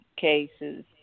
cases